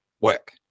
work